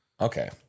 Okay